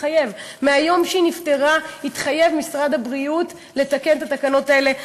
מהיום שהיא נפטרה התחייב משרד הבריאות לתקן את התקנות האלה.